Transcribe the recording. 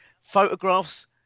photographs